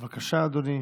בבקשה, אדוני,